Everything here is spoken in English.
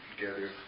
together